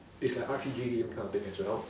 it's like R_P_G game kind of thing as well